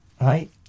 right